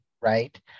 right